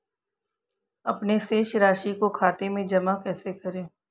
अपने शेष राशि को खाते में जमा कैसे करें?